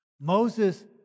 Moses